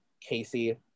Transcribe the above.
Casey